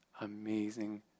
amazing